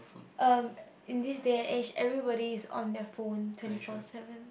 um in these day and age everybody is on their phone twenty four seven